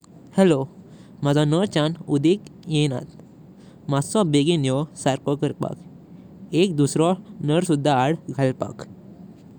Hello, माझो नार चान उदिक गेतां। मासो बगिन यो सारखो करपाक। एक दूसरा नार सुधा हाड गलपाक।